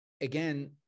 again